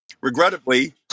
regrettably